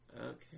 Okay